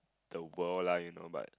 the world lah you know but